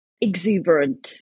exuberant